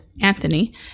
Anthony